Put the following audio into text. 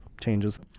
changes